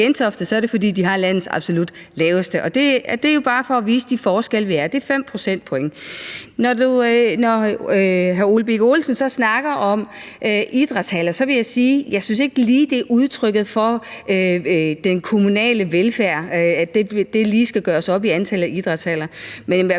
er det, fordi de har landets absolut laveste skattetryk. Det er jo bare for at vise de forskelle, der er – det er 5 procentpoint. Når hr. Ole Birk Olesen så snakker om idrætshaller, vil jeg sige, at jeg ikke lige synes, at den kommunale velfærd skal gøres op i antallet af idrætshaller.